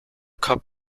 cup